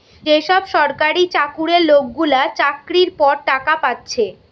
যে সব সরকারি চাকুরে লোকগুলা চাকরির পর টাকা পাচ্ছে